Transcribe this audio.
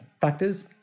factors